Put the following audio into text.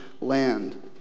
land